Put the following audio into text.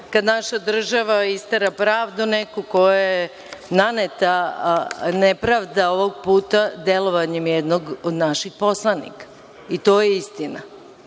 kada naša država istera pravdu neku koja joj je naneta, nepravda ovog puta delovanjem jednog od naših poslanika. I, to je istina.